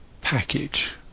package